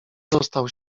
dostał